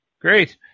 Great